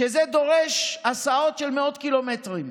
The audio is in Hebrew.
שזה דורש הסעות של מאות קילומטרים.